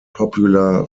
popular